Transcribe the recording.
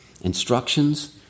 instructions